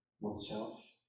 oneself